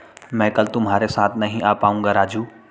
मैं कल तुम्हारे साथ नहीं आ पाऊंगा राजू